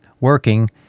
working